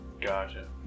Gotcha